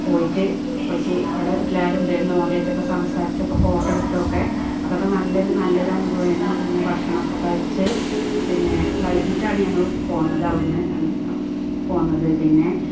പോയിട്ട് അപ്പോഴേക്ക് അവിടെ എല്ലാവരുമുണ്ടായിരുന്നു അവരായിട്ടൊക്കെ സംസാരിച്ചൊക്കെ ഫോട്ടോ എടുത്തതൊക്കെ അതൊക്കെ നല്ലൊരു നല്ലൊരു അനുഭവമായിരുന്നു പിന്നെ ഭക്ഷണമൊക്കെ കഴിച്ച് പിന്നെ വൈകീട്ടാണ് ഞങ്ങള് പോന്നത് അവിടുന്ന് അങ്ങനെ പോന്നത് പിന്നെ